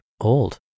old